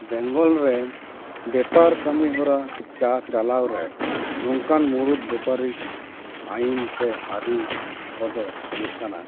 ᱵᱮᱝᱜᱚᱞ ᱨᱮᱱ ᱵᱮᱯᱟᱨ ᱠᱟᱹᱢᱤ ᱦᱚᱨᱟ ᱪᱟᱪᱟᱞᱟᱣ ᱨᱮ ᱱᱚᱝᱠᱟᱱ ᱢᱩᱲᱩᱫ ᱵᱮᱯᱟᱨᱤ ᱟᱹᱭᱤᱱ ᱥᱮ ᱟᱹᱨᱤ ᱠᱚᱫᱚ ᱦᱩᱭᱩᱜ ᱠᱟᱱᱟ